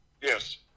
Yes